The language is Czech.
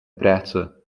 práce